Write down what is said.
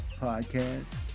podcast